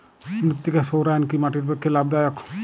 মৃত্তিকা সৌরায়ন কি মাটির পক্ষে লাভদায়ক?